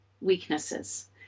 weaknesses